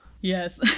Yes